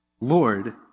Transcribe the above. Lord